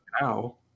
now